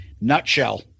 Nutshell